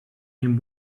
him